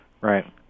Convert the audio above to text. right